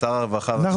שר הרווחה.